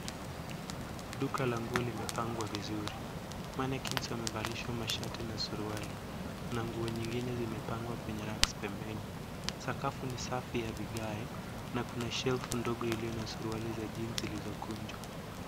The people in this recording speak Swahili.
Duka la nguo limepangwa vizuri . Mannequins wamevalishwa mashati na suruali na nguo nyingine zimepangwa kwenye racks pembeni. Sakafu ni safi ya vigae na kuna shelfu ndogo iliyo na suruali za jeans zilizokunjwa.